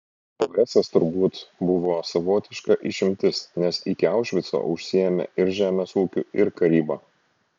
o hesas turbūt buvo savotiška išimtis nes iki aušvico užsiėmė ir žemės ūkiu ir karyba